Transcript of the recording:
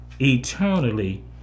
eternally